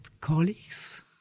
colleagues